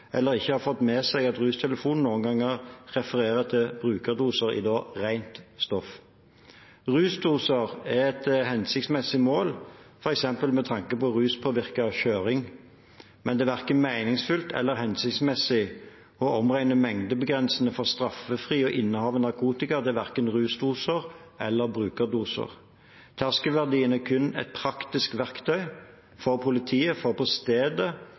eller ikke har fått med seg at RUStelefonen noen ganger refererer til brukerdoser i rent stoff. Rusdoser er et hensiktsmessig mål, f.eks. med tanke på ruspåvirket kjøring. Men det er verken meningsfylt eller hensiktsmessig å omregne mengdebegrensninger for straffritt innehav av narkotika til verken rusdoser eller brukerdoser. Terskelverdiene er kun et praktisk verktøy for politiet for – på stedet